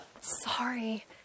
Sorry